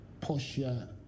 Portia